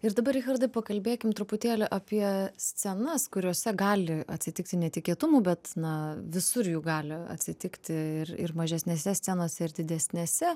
ir dabar richardai pakalbėkim truputėlį apie scenas kuriose gali atsitikti netikėtumų bet na visur jų gali atsitikti ir ir mažesnėse scenose ir didesnėse